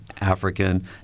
African